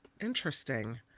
interesting